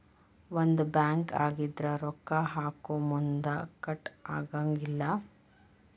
ಒಂದ ಬ್ಯಾಂಕ್ ಆಗಿದ್ರ ರೊಕ್ಕಾ ಹಾಕೊಮುನ್ದಾ ಕಟ್ ಆಗಂಗಿಲ್ಲಾ